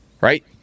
right